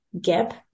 gap